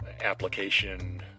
application